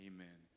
Amen